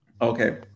okay